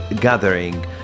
gathering